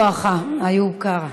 אדוני השר, ברוך בואך, איוב קרא.